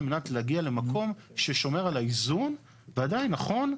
על מנת להגיע למקום ששומר על האיזון ועדיין נכון,